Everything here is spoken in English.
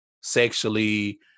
sexually